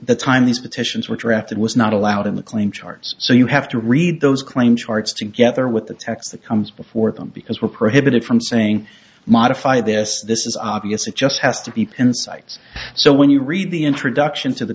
the time these petitions were drafted was not allowed in the claim charts so you have to read those claim charts together with the text that comes before them because we're prohibited from saying modify this this is obvious it just has to be insights so when you read the introduction to the